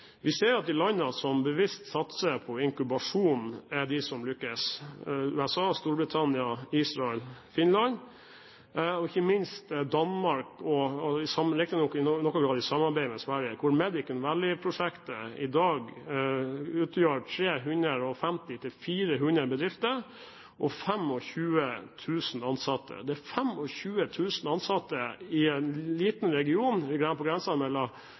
Vi ser at de landene som bevisst satser på inkubasjon, er de som lykkes – USA, Storbritannia, Israel, Finland og ikke minst Danmark – riktignok i noen grad i samarbeid med Sverige. Medicon Valley-prosjektet utgjør i dag 350–400 bedrifter, med 25 000 ansatte. Det er 25 000 ansatte i en liten region på grensen mellom Danmark og Sverige som jobber med bioteknologi, og det er meget lønnsomme arbeidsplasser sett i